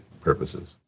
purposes